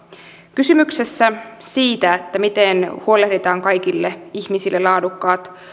kysymyksessä siitä miten huolehditaan kaikille ihmisille laadukkaat